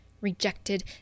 rejected